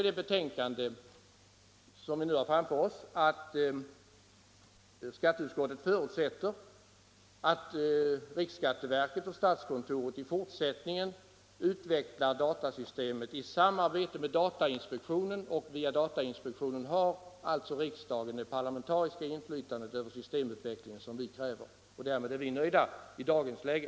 I det betänkande som nu ligger på riksdagens bord står det att skatteutskottet förutsätter att riksskatteverket och statskontoret i fortsättningen utvecklar datasystemet i samarbete med datainspektionen. Via datainspektionen har alltså riksdagen det parlamentariska inflytande över systemutvecklingen som vi kräver. Därmed är vi nöjda i dagens läge.